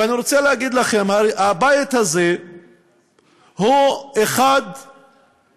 ואני רוצה להגיד לכם: הבית הזה הוא אחד מאלפי,